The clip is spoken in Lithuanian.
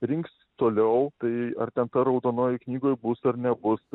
rinks toliau tai ar ten ta raudonojoj knygoj bus ar nebus